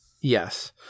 Yes